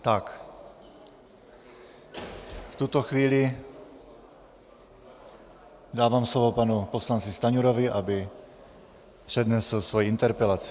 V tuto chvíli dávám slovo panu poslanci Stanjurovi, aby přednesl svoji interpelaci.